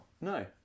No